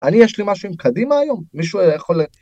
אני יש לי משהו עם קדימה היום מישהו היה יכול.